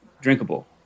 drinkable